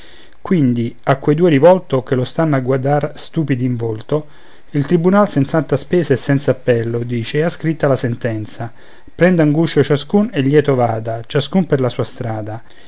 quindi a quei due rivolto che lo stanno a guardar stupidi in volto il tribunal senz'altra spesa e senza appello dice ha scritta la sentenza prenda un guscio ciascun e lieto vada ciascun per la sua strada